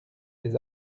des